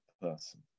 person